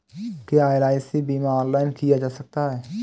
क्या एल.आई.सी बीमा ऑनलाइन किया जा सकता है?